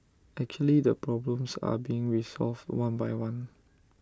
actually the problems are being resolved one by one